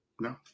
No